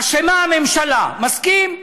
אשמה הממשלה, מסכים,